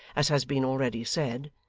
as has been already said,